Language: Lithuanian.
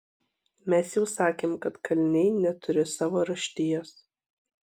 mes jau sakėm kad kaliniai neturi savo raštijos